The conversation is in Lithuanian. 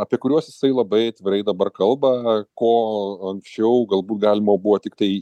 apie kuriuos jisai labai atvirai dabar kalba ko anksčiau galbūt galima buvo tiktai